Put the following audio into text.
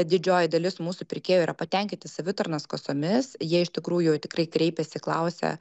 didžioji dalis mūsų pirkėjų yra patenkinti savitarnos kasomis jie iš tikrųjų tikrai kreipiasi klausia